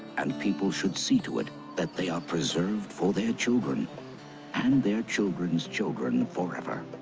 and people should see to it that they are preserved for their children and their children's children forever.